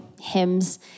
hymns